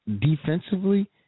Defensively